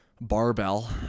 barbell